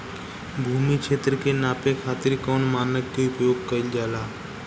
भूमि क्षेत्र के नापे खातिर कौन मानक के उपयोग कइल जाला?